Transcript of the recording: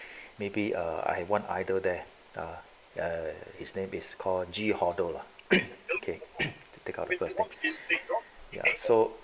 maybe uh I one idol there ah err his name is called G hado lah okay to take our people stop ya so